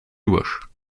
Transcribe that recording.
durch